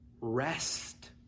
rest